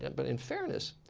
and but in fairness,